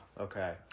okay